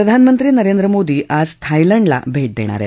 प्रधानमंत्री नरेंद्र मोदी आज थायलंडला भे देणार आहे